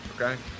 Okay